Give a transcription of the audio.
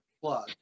plug